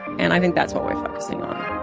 and i think that's what we're focusing on.